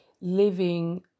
living